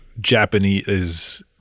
Japanese